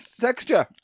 texture